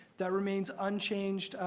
that remains unchanged.